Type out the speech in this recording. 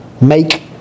Make